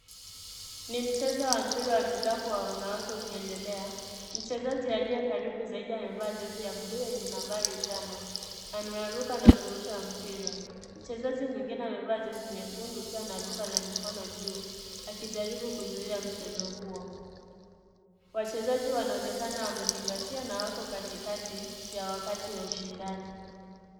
Ni mchezo wa mpira wa kikapu wa wanawake ukiendelea, mchezaji aliye karibu zaidi amevaa jezi ya (cs)blue(cs), yenye nambari tano, anaruka na kurusha mpira, mchezaji mwingine amevaa jezi nyekundu pia anaruka na mikono juu, akijaribu kuzuia mchezo huo, wachezaji wanaonekana wamezingatia, na wako katikati ya wakati wa ushindani.